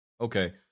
okay